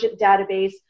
database